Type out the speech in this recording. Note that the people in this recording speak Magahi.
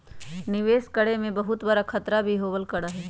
निवेश करे में बहुत बडा खतरा भी होबल करा हई